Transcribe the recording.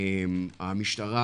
המשטרה